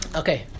okay